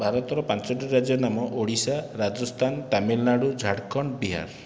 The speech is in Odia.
ଭାରତର ପାଞ୍ଚୋଟି ରାଜ୍ୟର ନାମ ଓଡ଼ିଶା ରାଜସ୍ଥାନ ତାମିଲନାଡ଼ୁ ଝାରଖଣ୍ଡ ବିହାର